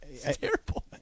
Terrible